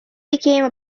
became